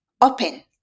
open